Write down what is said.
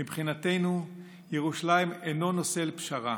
מבחינתנו ירושלים אינה נושא לפשרה.